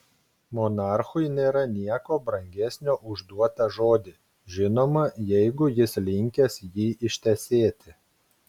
monarchui nėra nieko brangesnio už duotą žodį žinoma jeigu jis linkęs jį ištesėti